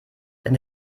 wenn